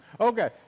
Okay